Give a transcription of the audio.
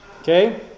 Okay